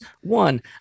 One—